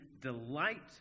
delight